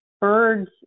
birds